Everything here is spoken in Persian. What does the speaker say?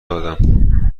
دادم